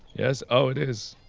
yes? oh, it is.